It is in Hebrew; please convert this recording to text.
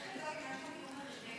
צריך לדאוג מחירים.